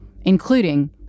including